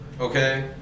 okay